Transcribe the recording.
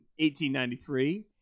1893